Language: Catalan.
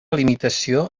limitació